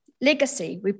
legacy